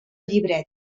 llibret